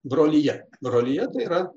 brolija brolija tai yra